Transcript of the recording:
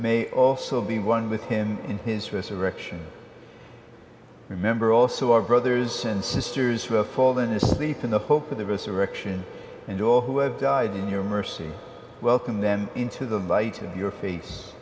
may also be one with him in his resurrection remember also our brothers and sisters who are fallen asleep in the hope of the resurrection and all who have died in your mercy welcome them into the light of your face